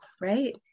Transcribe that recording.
right